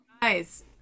guys